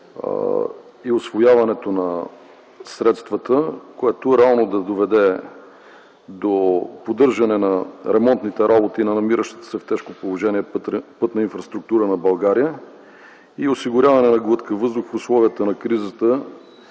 и усвояването на средствата реално да доведе до поддържане на ремонтните работи на намиращата се в тежко положение пътна инфраструктура на България и осигуряване на глътка въздух в условията на криза